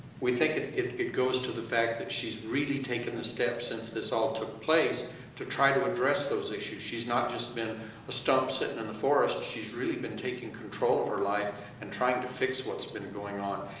we think it it it goes to the fact that she's really taken the steps since this all took place to try to address those issues. she's not just been a stump sitting in the forest. she's really been taking control of her life and trying to fix what's been going on.